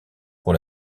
pour